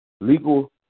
Legal